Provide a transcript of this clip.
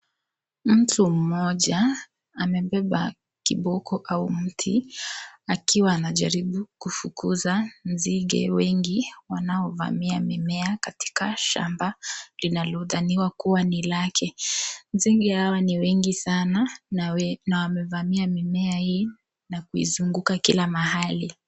Mtu mmoja amebeba kiboko au mti akiwa anajaribu kufukuza nzige wengi wanaovamia mimea katika shamba linalodhaniwa kua ni lake, nzige hawa ni wengi sana na wamevamia mimea hii na kuizunguka kila mahali.